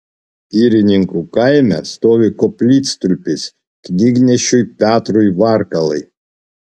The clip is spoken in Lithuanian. girininkų kaime stovi koplytstulpis knygnešiui petrui varkalai